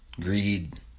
greed